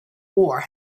war